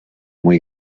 muy